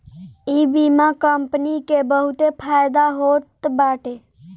इ बीमा कंपनी के बहुते फायदा होत बाटे